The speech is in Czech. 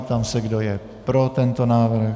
Ptám se, kdo je pro tento návrh.